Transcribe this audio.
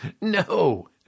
no